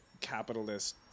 capitalist